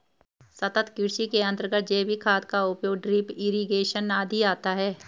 सतत् कृषि के अंतर्गत जैविक खाद का उपयोग, ड्रिप इरिगेशन आदि आता है